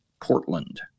Portland